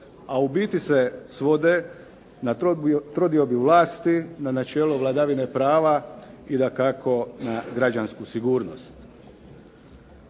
a u biti se svode na trodiobu vlasti, na načelo vladavine prava i dakako na građansku sigurnost.